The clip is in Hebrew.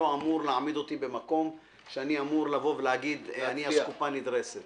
אמור להעמיד אותי במקום שאני אסקופא נדרסת.